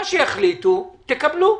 מה שיחליטו תקבלו.